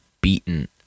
beaten